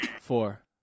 four